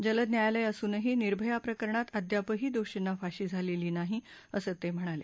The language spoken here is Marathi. जलद न्यायालय असुनही निर्भया प्रकरणात अद्यापही दोर्षीना फाशी झालेली नाही असंही ते म्हणाले